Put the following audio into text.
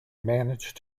manage